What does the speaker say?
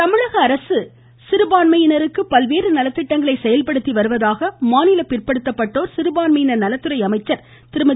நடராஜன் தமிழக அரசு சிறுபான்மையினருக்கு பல்வேறு நலத்திட்டங்களை செயல்படுத்தி வருவதாக மாநில பிற்படுத்தப்பட்டோர் சிறுபான்மையினர் நலத்துறை அமைச்சர் திருமதி